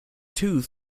tooth